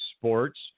sports